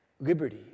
liberty